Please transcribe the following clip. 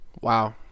Wow